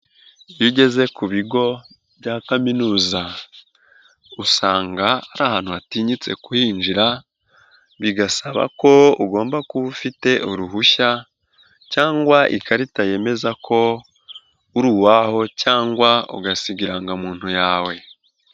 Iyo ugeze ku bigo bya kaminuza usanga ari ahantu hatinyitse kuhinjira, bigasaba ko ugomba kuba ufite uruhushya cyangwa ikarita yemeza ko uri uwaho cyangwa ugasiga irangamuntu yawe.